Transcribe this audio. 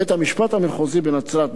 בית-המשפט המחוזי בנצרת,